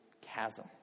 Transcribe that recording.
chasm